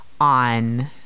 on